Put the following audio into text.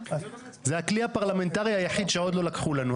זה הכלי הפרלמנטרי היחיד שעוד לא לקחו לנו.